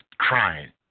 crying